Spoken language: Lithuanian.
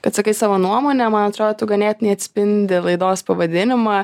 kad sakai savo nuomonę man atrodo tu ganėtinai atspindi laidos pavadinimą